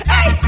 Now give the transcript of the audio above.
Hey